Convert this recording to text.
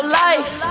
life